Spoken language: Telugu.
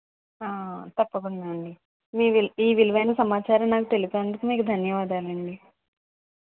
తప్పకుండా అండి మీ విలువైన ఈ విలువైన సమాచారాన్ని నాకు తెలిపినందుకు మీకు ధన్యవాదాలండి